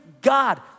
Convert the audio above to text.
God